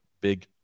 big